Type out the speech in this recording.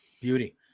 Beauty